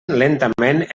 lentament